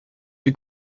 die